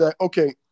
okay